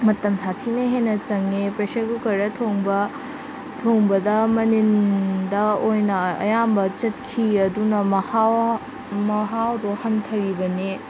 ꯃꯇꯝ ꯁꯥꯊꯤꯅ ꯍꯦꯟꯅ ꯆꯪꯉꯦ ꯄ꯭ꯔꯦꯁꯔ ꯀꯨꯀꯔꯗ ꯊꯣꯡꯕ ꯊꯣꯡꯕꯗ ꯃꯅꯤꯟꯗ ꯑꯣꯏꯅ ꯑꯌꯥꯝꯕ ꯆꯠꯈꯤ ꯑꯗꯨꯅ ꯃꯍꯥꯎ ꯃꯍꯥꯎꯗꯣ ꯍꯟꯊꯈꯤꯕꯅꯦ